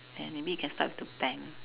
then maybe we can start with the bank